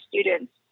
students